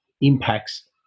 impacts